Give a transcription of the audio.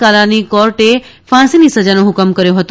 કાલાની કોર્ટે ફાંસીની સજાનો હુકમકર્યો હતો